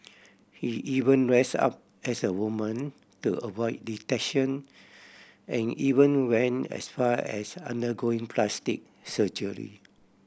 he even dressed up as a woman to avoid detection and even went as far as undergoing plastic surgery